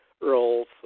roles